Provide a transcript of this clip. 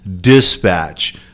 dispatch